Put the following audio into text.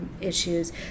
issues